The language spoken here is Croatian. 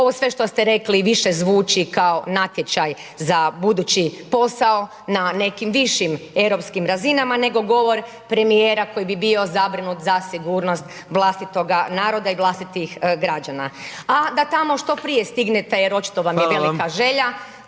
Ovo sve što ste rekli više zvuči kao natječaj za budući posao na nekim višim europskim razinama nego govor premijera koji bi bio zabrinut za sigurnost vlastitoga naroda i vlastitih građana. A da tamo što prije stignete, jer očito .../Upadica: Hvala